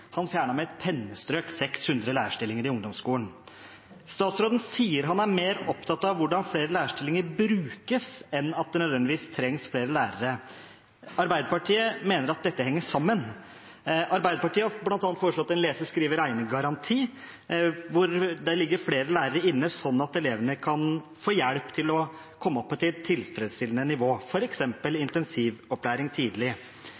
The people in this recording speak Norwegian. Han fjernet med et pennestrøk 600 lærerstillinger i ungdomsskolen. Statsråden sier han er mer opptatt av hvordan flere lærerstillinger brukes, enn av at det nødvendigvis trengs flere lærere. Arbeiderpartiet mener at dette henger sammen. Arbeiderpartiet har bl.a. foreslått en lese-, skrive- og regnegaranti, hvor det ligger inne flere lærere, sånn at elevene kan få hjelp til å komme opp på et tilfredsstillende nivå, f.eks. ved intensivopplæring tidlig.